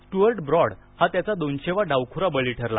Stuart Broad हा त्याचा दोनशेवा डावखुरा बळी ठरला